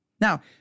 Now